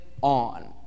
on